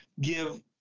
give